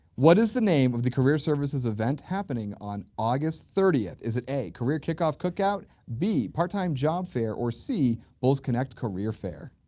what is the name of the career services event happening on august thirtieth? is it a, career kickoff cookout, b part time job fair, or c bulls connect career fair?